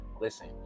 listen